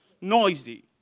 Noisy